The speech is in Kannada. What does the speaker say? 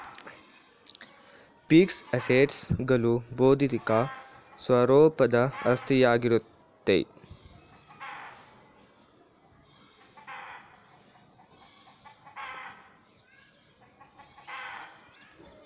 ಫಿಕ್ಸಡ್ ಅಸೆಟ್ಸ್ ಗಳು ಬೌದ್ಧಿಕ ಸ್ವರೂಪದ ಆಸ್ತಿಯಾಗಿರುತ್ತೆ